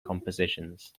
compositions